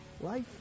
Life